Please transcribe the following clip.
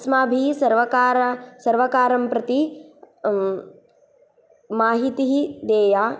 अस्माभिः सर्वकार सर्वकारं प्रति माहितिः देया